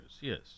yes